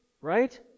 Right